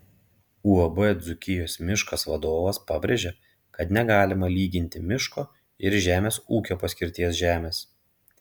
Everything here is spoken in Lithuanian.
uab dzūkijos miškas vadovas pabrėžė kad negalima lyginti miško ir žemės ūkio paskirties žemės